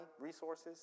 resources